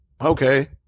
Okay